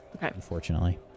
unfortunately